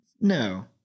No